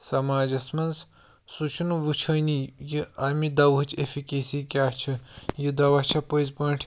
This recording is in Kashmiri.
سماجَس منٛز سُہ چھُنہٕ وُچھٲنی یہِ اَمہِ دوہٕچۍ ایٚفِکیسی کیاہ چھِ یہِ دوا چھا پٔزۍ پٲٹھۍ